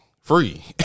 free